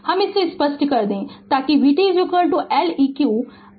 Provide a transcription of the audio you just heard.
तो हम इसे स्पष्ट कर दे ताकि vt L eq didt